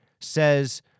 says